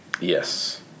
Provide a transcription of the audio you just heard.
Yes